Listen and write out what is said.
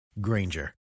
Granger